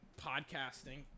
podcasting